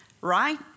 Right